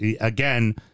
again